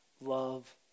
love